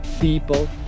people